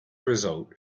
result